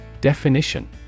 Definition